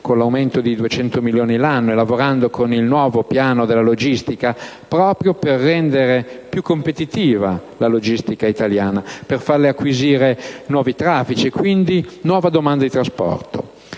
con l'aumento di 200 milioni l'anno e lavorando con il nuovo Piano nazionale della logistica, proprio per rendere più competitiva la logistica italiana, per farle acquisire nuovi traffici e quindi nuova domanda di trasporto,